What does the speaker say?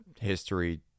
history